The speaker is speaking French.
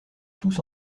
tousse